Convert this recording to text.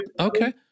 Okay